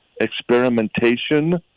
experimentation